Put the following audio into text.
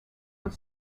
what